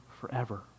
forever